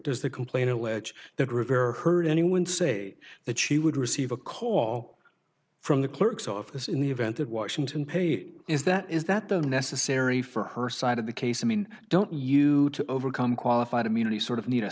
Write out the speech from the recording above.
does the complain allege that rivera heard anyone say that she would receive a call from the clerk's office in the event that washington paid is that is that the necessary for her side of the case i mean don't you to overcome qualified immunity sort of need a